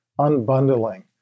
unbundling